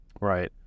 Right